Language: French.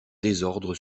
désordre